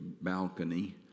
balcony